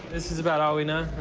this is about all we know,